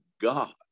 God